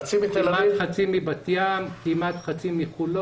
כמעט חצי מבת ים,